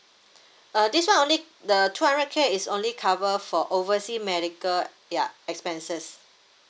uh these one only the two hundred K is only cover for overseas medical ya expenses